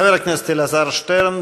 חבר הכנסת אלעזר שטרן,